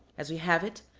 as we have it,